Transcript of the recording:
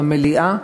במליאה.